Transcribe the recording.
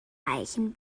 reichen